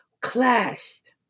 clashed